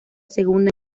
segunda